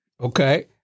Okay